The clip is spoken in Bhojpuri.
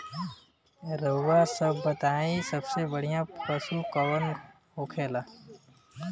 रउआ सभ बताई सबसे बढ़ियां पशु कवन होखेला?